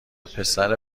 پسر